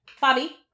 Bobby